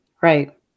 Right